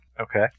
Okay